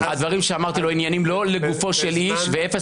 הדברים שאמרתי לו הם לא לגופו של איש ואפס